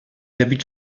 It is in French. habite